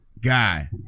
guy